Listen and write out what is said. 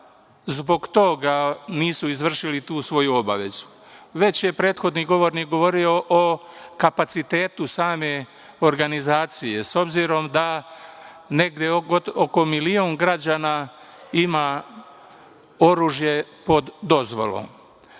zbog toga nisu izvršili tu svoju obavezu, već je prethodni govornik govorio o kapacitetu same organizacije, s obzirom da negde oko milion građana ima oružje pod dozvolom